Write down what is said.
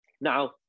now